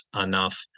enough